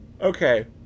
Okay